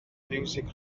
fiwsig